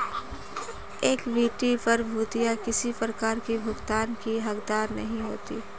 equity प्रभूतियाँ किसी प्रकार की भुगतान की हकदार नहीं होती